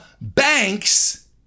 banks